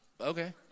Okay